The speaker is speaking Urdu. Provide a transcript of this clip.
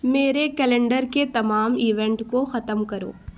میرے کیلنڈر کے تمام ایونٹ کو ختم کرو